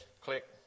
click